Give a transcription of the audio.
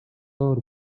دار